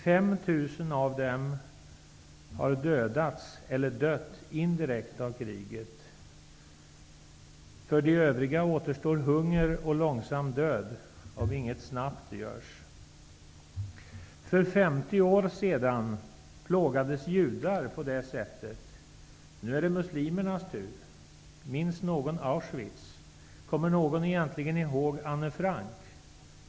5 000 av dem har dödats eller dött indirekt av kriget. För de övriga återstår hunger och långsam död, om inget snabbt görs. För 50 år sedan plågades judar på det sättet. Nu är det muslimernas tur. Minns någon Auschwitz? Kommer någon egentligen ihåg Anne Frank?